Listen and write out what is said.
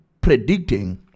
predicting